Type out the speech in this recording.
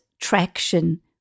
traction